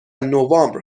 نوامبر